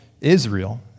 Israel